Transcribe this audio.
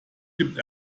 gibt